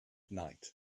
night